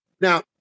Now